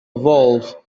evolve